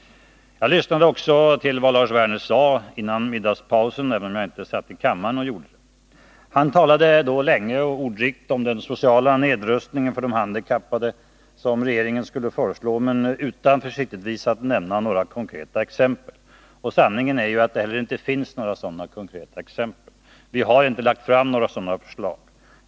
Jag lyssnade också till vad Lars Werner sade före middagspausen, även om jag inte satt i kammaren. Han talade då länge och ordrikt om den sociala nedrustning för de handikappade som regeringen skulle föreslå. Försiktigtvis nämnde han inga konkreta exempel. Sanningen är ju också den att det inte finns några sådana. Vi har inte lagt fram några sådana förslag.